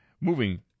Moving